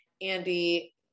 Andy